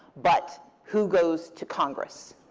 but who goes to congress.